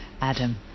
Adam